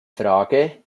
frage